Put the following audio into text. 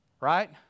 Right